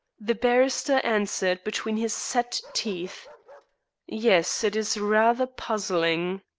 the barrister answered between his set teeth yes, it is rather puzzling.